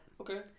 Okay